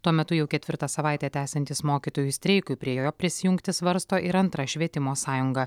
tuo metu jau ketvirtą savaitę tęsiantis mokytojų streikui prie jo prisijungti svarsto ir antra švietimo sąjunga